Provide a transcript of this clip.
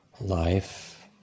life